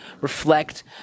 reflect